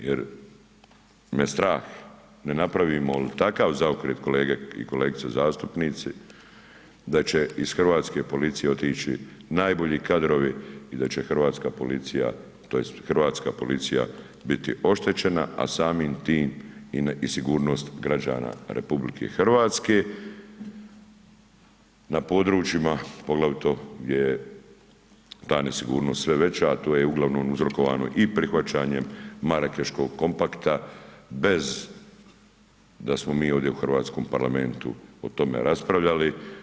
Jer me strah ne napravimo li takav zaokret kolegice i kolege zastupnici da će ih hrvatske policije otići najbolji kadrovi i da će hrvatska policija tj. hrvatska policija biti oštećena, a samim tim i sigurnost građana Republike Hrvatske na područjima poglavito gdje je ta nesigurnost sve veća, a to je uglavnom uzrokovano i prihvaćanjem Marakeškog kompakta bez da smo mi ovdje u Hrvatskom parlamentu o tome raspravljali.